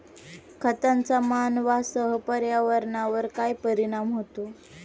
खतांचा मानवांसह पर्यावरणावर काय परिणाम होतो?